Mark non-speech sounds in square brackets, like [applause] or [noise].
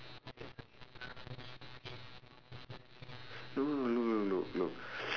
look look look look look [breath]